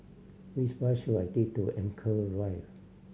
which bus should I take to Rive